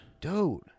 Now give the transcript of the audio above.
Dude